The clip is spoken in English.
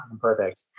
perfect